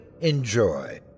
Enjoy